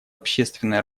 общественной